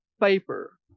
paper